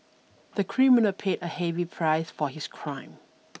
the criminal paid a heavy price for his crime